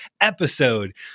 episode